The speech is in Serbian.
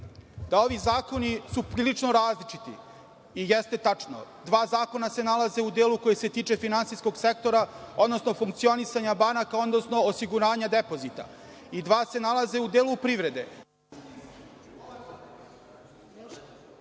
da ovi zakoni su prilično različiti, i jeste tačno. Dva zakona se nalaze u delu koji se tiče finansijskog sektora, odnosno funkcionisanja banaka, odnosno osiguranja depozita i dva se nalaze u delu privrede.